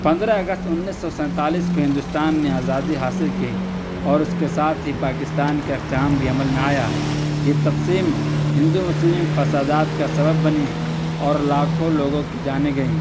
پندرہ اگست انیس سینتالیس کو ہندوستان نے آزادی حاصل کی اور اس کے ساتھ ہی پاکستان کا قیام بھی عمل میں آیا یہ تقسیم ہندو مسلم فسادات کا سبب بنی اور لاکھوں لوگوں کی جانیں گئیں